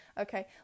Okay